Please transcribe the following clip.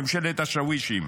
ממשלת השאווישים.